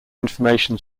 information